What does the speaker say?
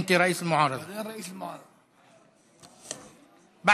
יושב-ראש האופוזיציה.) (אומר בערבית: אחריי,